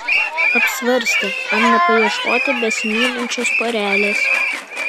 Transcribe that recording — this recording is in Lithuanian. apsvarstė ar nepaieškoti besimylinčios porelės